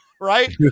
right